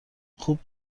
خوب